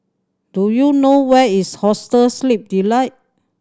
do you know where is Hostel Sleep Delight